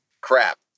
crap